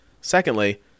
Secondly